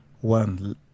one